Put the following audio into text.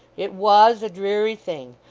it was a dreary thing,